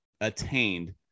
attained –